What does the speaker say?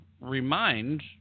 remind